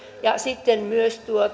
ja sitten myös